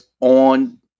on